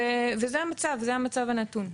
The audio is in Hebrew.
וזה המצב הנתון.